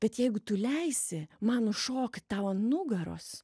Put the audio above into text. bet jeigu tu leisi man užšok tau an nugaros